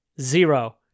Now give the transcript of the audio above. zero